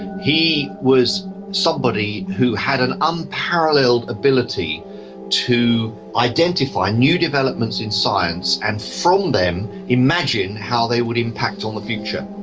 he was somebody who had an unparalleled ability to identify new developments in science, and from them imagine how they would impact on the future.